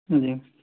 جی